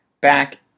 back